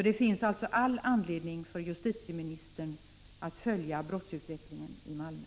Det finns alltså all anledning för justitieministern att följa brottsutvecklingen i Malmö.